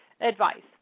advice